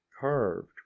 carved